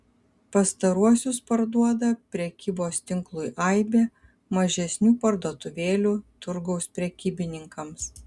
pastaruosius parduoda prekybos tinklui aibė mažesnių parduotuvėlių turgaus prekybininkams